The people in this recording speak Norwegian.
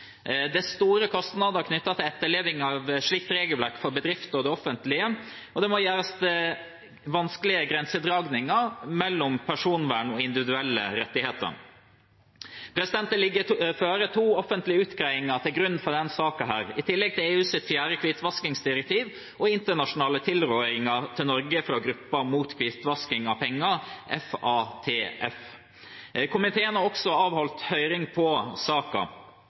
Det er store kostnader knyttet til etterleving av et slikt regelverk for bedrifter og for det offentlige, og det må gjøres vanskelige grensedragninger mellom personvern og individuelle rettigheter. Det ligger to offentlige utgreiinger til grunn for denne saken, i tillegg til EUs fjerde hvitvaskingsdirektiv og internasjonale tilrådinger til Norge fra grupper mot hvitvasking av penger, FATF. Komiteen har også avholdt høring i saken. På